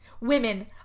Women